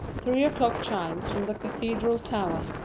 three o'clock chimes from the cathedral tower.